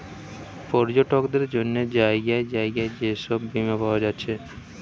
পর্যটকদের জন্যে জাগায় জাগায় যে সব বীমা পায়া যাচ্ছে